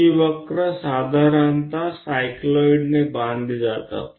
વધારામાં આ વક્ર સામાન્ય રીતે સાયક્લોઈડ દ્વારા રચાયેલો છે